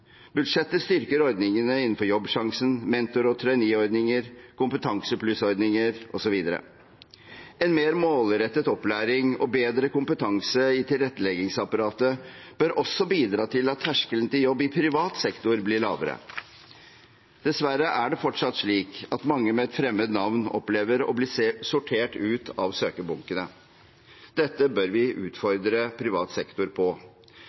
Budsjettet styrker ordningene innenfor Jobbsjansen, mentor- og traineeordninger, Kompetansepluss-ordninger, osv. En mer målrettet opplæring og bedre kompetanse i tilretteleggingsapparatet bør også bidra til at terskelen til jobb i privat sektor blir lavere. Dessverre er det fortsatt slik at mange med et fremmed navn opplever å bli sortert ut av søkerbunkene. Dette bør vi utfordre privat sektor på